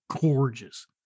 gorgeous